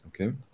Okay